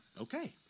okay